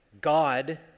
God